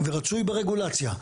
ורצוי ברגולציה,